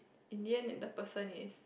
in the end in the person is